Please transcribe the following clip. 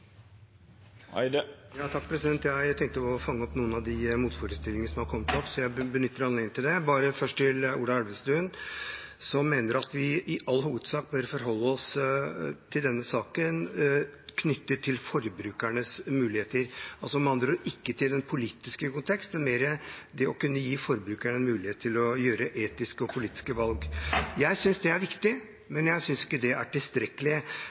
Jeg tenkte å fange opp noen av de motforestillingene som har kommet opp, så jeg benytter anledningen til det. Først til Ola Elvestuen, som mener at vi i all hovedsak bør forholde oss i denne saken til forbrukernes muligheter – med andre ord ikke til en politisk kontekst, men mer til det å kunne gi forbrukerne en mulighet til å ta etiske og politiske valg. Jeg synes det er viktig, men jeg synes ikke det er tilstrekkelig.